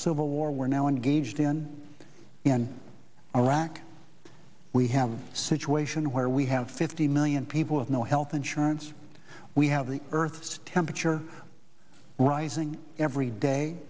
civil war we're now engaged in in iraq we have a situation where we have fifty million people with no health insurance we have the earth's temperature rising every day